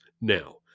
Now